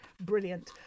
Brilliant